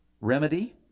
remedy